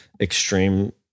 extreme